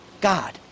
God